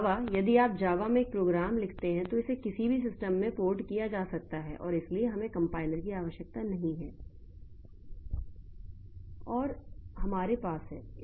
तो जावा यदि आप जावा में एक प्रोग्राम लिखते हैं तो इसे किसी भी सिस्टम में पोर्ट किया जा सकता है और इसलिए हमें कंपाइलर की आवश्यकता नहीं है और हमारे पास है